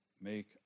make